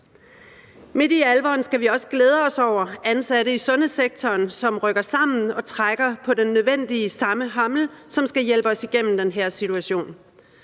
Midt i alvoren skal vi også glæde os over ansatte i sundhedssektoren, som rykker sammen og trækker på den nødvendige samme hammel, som skal hjælpe os igennem den her situation.